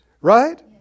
Right